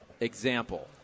example